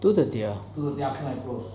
two thiry ah